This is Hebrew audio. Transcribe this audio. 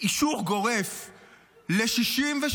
אישור גורף ל-66,000,